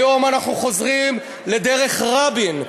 היום אנחנו חוזרים לדרך רבין,